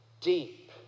deep